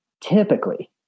typically